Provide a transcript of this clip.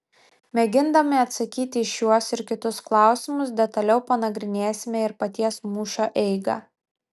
mėgindami atsakyti į šiuos ir kitus klausimus detaliau panagrinėsime ir paties mūšio eigą